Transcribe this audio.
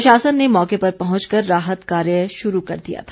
प्रशासन ने मौके पर पहुंचकर राहत कार्य शुरू कर दिया था